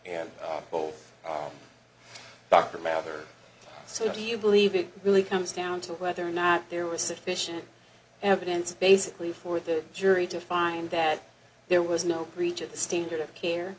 and both dr mather so do you believe it really comes down to whether or not there was sufficient evidence basically for the jury to find that there was no breach of the standard of care